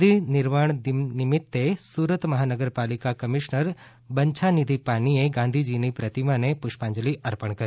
ગાંધી નિર્વાણ દિન નિમિત્તે સુરત મહાનગર પાલિકા કમિશનર બંછાનિધિ પાની એ ગાંધીજીની પ્રતિમાને પુષ્પાંજલિ અર્પણ કરી